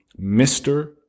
Mr